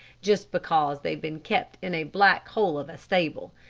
just because they've been kept in a black hole of a stable,